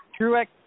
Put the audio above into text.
Truex